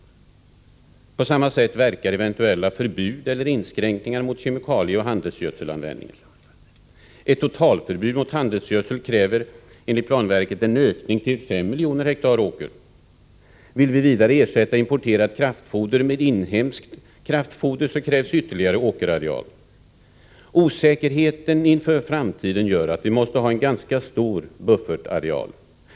På samma sätt verkar eventuella förbud eller inskränkningar mot kemiekalieoch handelsgödselanvändningen. Ett totalförbud mot handelsgödsel kräver, enligt planverket, en ökning till fem miljoner hektar åker. Vill vi vidare ersätta importerat kraftfoder med inhemskt kraftfoder krävs ytterligare åkerareal. Osäkerheten inför framtiden gör att vi måste ha en ganska stor buffertareal.